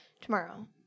tomorrow